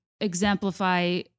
exemplify